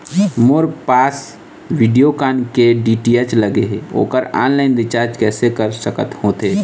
मोर पास वीडियोकॉन के डी.टी.एच लगे हे, ओकर ऑनलाइन रिचार्ज कैसे कर सकत होथे?